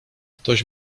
ktoś